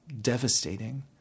devastating